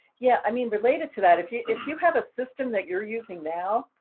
yeah, i mean, related to that, if you, if you have a system that you're using now,